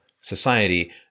society